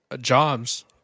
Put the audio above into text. jobs